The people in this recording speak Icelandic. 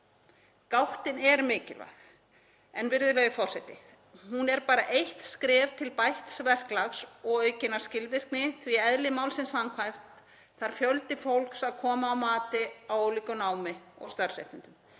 Gáttin er mikilvæg, virðulegi forseti, en hún er bara eitt skref til bætts verklags og aukinnar skilvirkni því að eðli málsins samkvæmt þarf fjöldi fólks að koma að mati á ólíku námi og starfsréttindum.